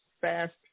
fast